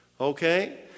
Okay